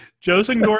Joseph